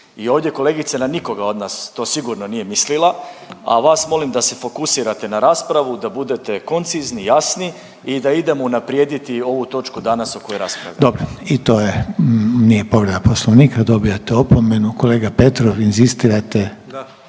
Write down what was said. i ovdje kolegica na nikoga od nas to sigurno nije mislila. A vas molim da se fokusirate na raspravu, da budete koncizni, jasni i da idemo unaprijediti ovu točku danas o kojoj raspravljamo. **Reiner, Željko (HDZ)** Dobro. I to je, nije povreda Poslovnika. Dobivate opomenu. Kolega Petrov inzistirate?